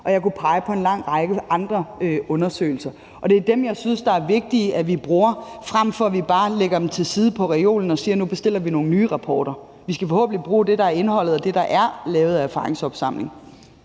Og jeg kunne pege på en lang række andre undersøgelser. Det er dem, jeg synes det er vigtigt vi bruger, frem for at vi bare lægger dem til side på reolen og siger, at nu bestiller vi nogle nye rapporter. Vi skal forhåbentlig bruge det, der er indholdet af det, der er lavet af erfaringsopsamling.